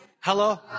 Hello